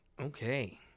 Okay